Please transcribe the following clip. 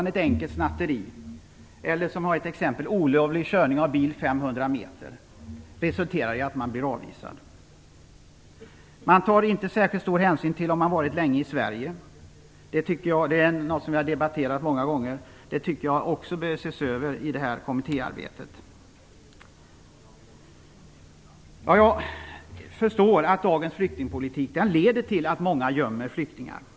Ett mindre snatteri eller, som i ett exempel, olovlig körning av bil 500 m resulterar i att människor blir avvisade. Man tar inte heller särskilt stor hänsyn till om människor har varit länge i Sverige. Det är någonting som vi har debatterat många gånger. Det tycker jag också bör ses över i kommittéarbetet. Jag förstår att dagens flyktingpolitik leder till att många gömmer flyktingar.